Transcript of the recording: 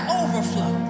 overflow